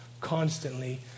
constantly